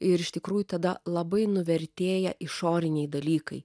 ir iš tikrųjų tada labai nuvertėja išoriniai dalykai